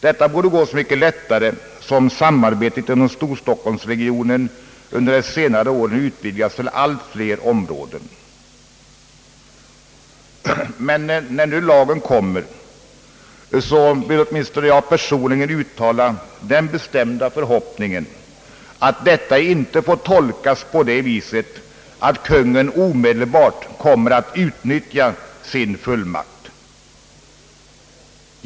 Det borde gå så mycket lättare som samarbetet inom storstockholmsregionen under de senare åren har utvidgats till allt fler områden. När nu lagen kommer att beslutas vill åtminstone jag personligen uttala den bestämda förhoppningen att beslutet inte får tolkas på det sättet, att Kungl. Maj:t omedelbart kommer att utnyttja sin fullmakt.